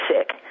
sick